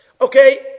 Okay